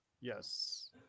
Yes